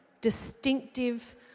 distinctive